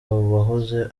wahoze